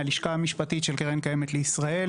מהלשכה המשפטית של קרן קיימת לישראל,